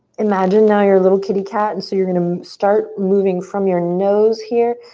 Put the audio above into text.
imagine now you're a little kitty cat and so you're gonna start moving from your nose here.